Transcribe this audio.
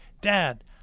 dad